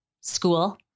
school